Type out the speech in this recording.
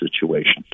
situation